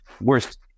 worst